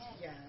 yes